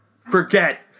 forget